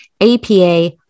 APA